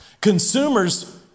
Consumers